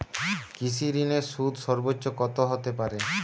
কৃষিঋণের সুদ সর্বোচ্চ কত হতে পারে?